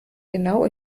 genau